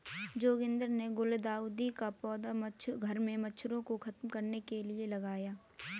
जोगिंदर ने गुलदाउदी का पौधा घर से मच्छरों को खत्म करने के लिए लगाया